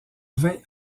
vin